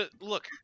Look